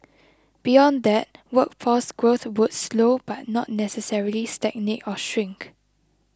beyond that workforce growth would slow but not necessarily stagnate or shrink